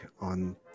on